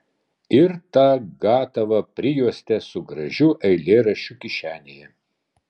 ir tą gatavą prijuostę su gražiu eilėraščiu kišenėje